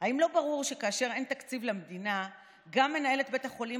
האם לא ברור שכאשר אין תקציב למדינה גם מנהלת בית החולים